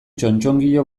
txotxongilo